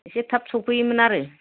एसे थाब सफैयोमोन आरो